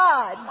God